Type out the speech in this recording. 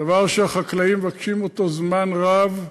דבר שהחקלאים מבקשים זמן רב.